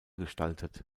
gestaltet